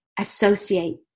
associate